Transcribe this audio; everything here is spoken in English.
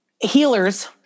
healers